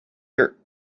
your